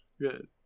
Good